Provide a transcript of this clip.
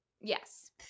yes